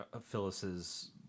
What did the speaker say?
Phyllis's